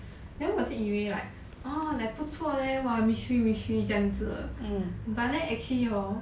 then 我就以为 like oh like 不错 leh !wah! mystery mystery 这样子的 but then actually hor